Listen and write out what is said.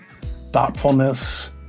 thoughtfulness